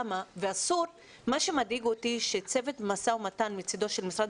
מה שמדאיג אותי זה שצוות המשא ומתן מצד משרד